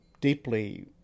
deeply